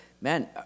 man